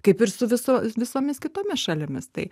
kaip ir su visu visomis kitomis šalimis tai